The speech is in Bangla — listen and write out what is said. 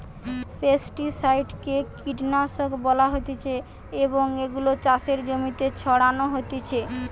পেস্টিসাইড কে কীটনাশক বলা হতিছে এবং এগুলো চাষের জমিতে ছড়ানো হতিছে